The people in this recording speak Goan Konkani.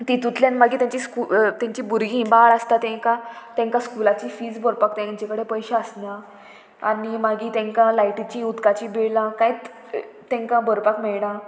तितूंतल्यान मागीर तेंची स्कू तेंची भुरगीं बाळ आसता तांकां तांकां स्कुलाची फीज भरपाक तेंचे कडेन पयशे आसना आनी मागीर तांकां लायटीची उदकाची बिलां कांयच तांकां भरपाक मेळना